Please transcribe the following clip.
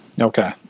Okay